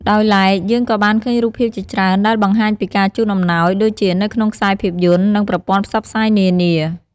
ដោយឡែក យើងក៏បានឃើញរូបភាពជាច្រើនដែលបង្ហាញពីការជូនអំណោយ ដូចជានៅក្នុងខ្សែភាពយន្ត និង ប្រព័ន្ធផ្សព្វផ្សាយនានា។